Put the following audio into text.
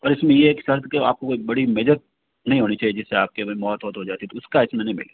और इस में ये एक शर्त के आप को कोई बड़ी मेजर नहीं होनी चाहिए जिससे आपकी मौत वौत हो जाती तो उसका इस में नहीं मिलेगा